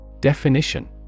Definition